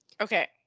Okay